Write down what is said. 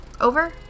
Over